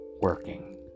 working